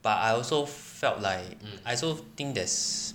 but I also felt like I also think there's